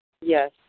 Yes